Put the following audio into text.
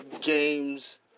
games